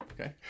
Okay